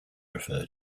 refer